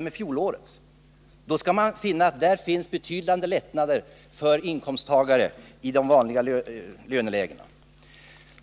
med fjolårets skattetabeller. Då skall man se att där finns betydande lättnader för inkomsttagare i de vanliga lönelägena.